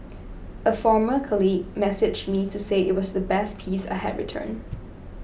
a former colleague messaged me to say it was the best piece I had written